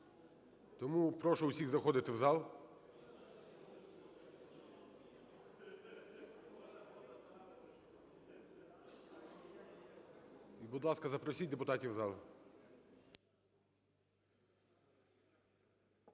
Тому прошу всіх заходити в зал. Будь ласка, запросіть депутатів в зал.